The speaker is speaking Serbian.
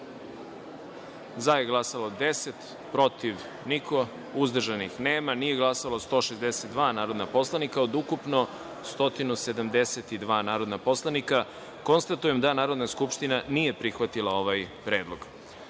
za – 10, protiv – niko, uzdržanih – nema, nije glasalo 162 narodna poslanika od ukupno 172 narodna poslanika. Konstatujem da Narodna skupština nije prihvatila ovaj predlog. Narodni